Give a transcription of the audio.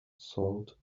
salt